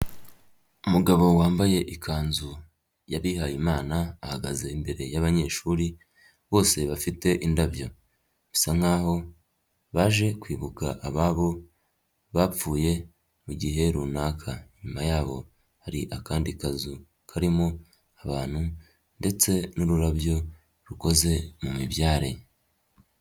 Umugabo wambaye ikanzu y'abihayimana ahagaze imbere y'abanyeshuri bose bafite indabyo bisa nk'aho baje kwibuka ababo bapfuye mu gihe runaka, inyuma yabo hari akandi kazu karimo abantu ndetse n'ururabyo rukoze mu mibyare.